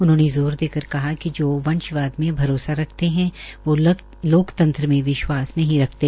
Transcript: उन्होंने जोर देकर कहा कि जो वंशवाद में भरोसा रखते है वोह लोकतंत्र में विश्वास नही रख्ते